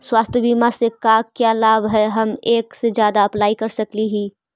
स्वास्थ्य बीमा से का क्या लाभ है हम एक से जादा अप्लाई कर सकली ही?